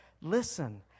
listen